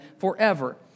forever